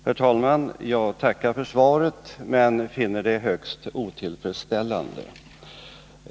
Herr talman! Jag tackar för svaret men finner det högst otillfredsställande.